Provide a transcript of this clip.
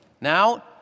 Now